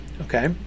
Okay